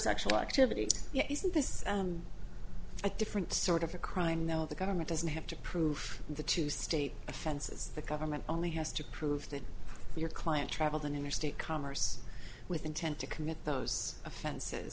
sexual activity isn't this a different sort of a crime though the government doesn't have to prove the two state offenses the government only has to prove that your client traveled in interstate commerce with intent to commit those offens